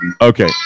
Okay